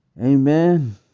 Amen